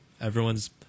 everyone's